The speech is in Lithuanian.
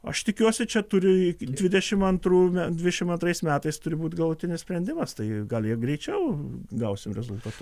aš tikiuosi čia turi dvidešimt antrų dvidešimt antrais metais turi būt galutinis sprendimas tai gal jie greičiau gausim rezultatus